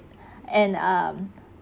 and um